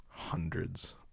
Hundreds